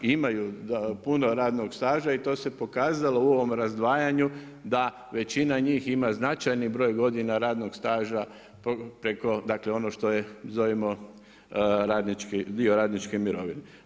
Imaju puno radnog staža i to se pokazalo u ovom razdvajanju da većina njih ima značajni broj godina radnog staža preko, dakle ono što je zovimo dio radničke mirovine.